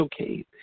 okay